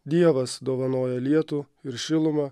dievas dovanoja lietų ir šilumą